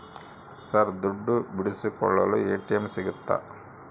Sir ದುಡ್ಡು ಬಿಡಿಸಿಕೊಳ್ಳಲು ATM ಸಿಗುತ್ತಾ?